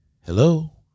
Hello